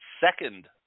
second